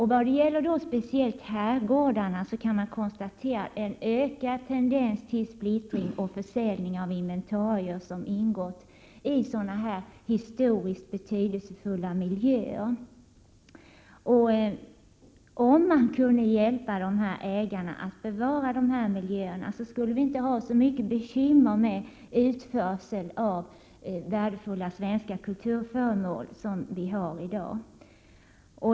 I vad gäller speciellt herrgårdarna kan man konstatera en ökad tendens till splittring och försäljning av inventarier som ingått i historiskt betydelsefulla miljöer. Om vi kunde hjälpa ägarna att bevara de här miljöerna, skulle vi inte 137 ha så mycket bekymmer med utförseln av värdefulla svenska kulturföremål som vi har i dag.